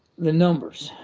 the numbers.